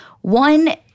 One